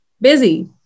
busy